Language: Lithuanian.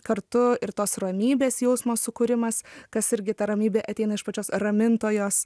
kartu ir tos ramybės jausmo sukūrimas kas irgi ta ramybė ateina iš pačios ramintojos